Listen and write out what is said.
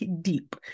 deep